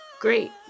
great